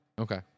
Okay